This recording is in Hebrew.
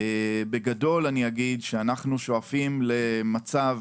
בגדול אני אגיד, שאנחנו שואפים למצב